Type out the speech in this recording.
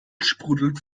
sprudelte